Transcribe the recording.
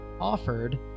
offered